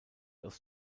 aus